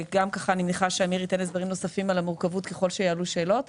אני מניחה שאמיר ייתן הסברים נוספים על המורכבות ככל שיעלו שאלות.